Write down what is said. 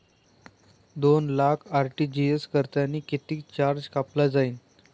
दोन लाख आर.टी.जी.एस करतांनी कितीक चार्ज कापला जाईन?